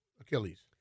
Achilles